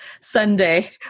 Sunday